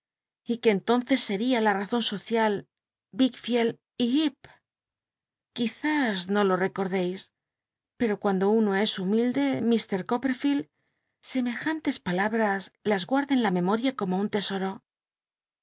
y que entonces seria la razon social wickficld y llccp quiz ís no lo rccotdeis pero cuando uno es hum ilclc llr coppmficld scmc iantes palabras las guarda en la memoria como un tesoro